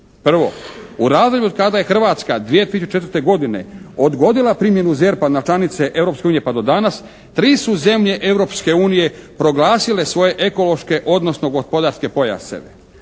Prvo, u razdoblju kada je Hrvatska 2004. godine odgodila primjenu ZERP-a na članice Europske unije pa do danas tri su zemlje Europske unije proglasila svoje ekološke, odnosno gospodarske pojaseve.